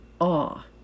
awe